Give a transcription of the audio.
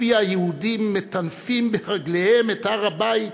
שלפיה יהודים מטנפים ברגליהם את הר-הבית